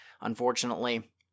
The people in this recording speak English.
unfortunately